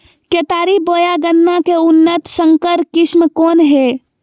केतारी बोया गन्ना के उन्नत संकर किस्म कौन है?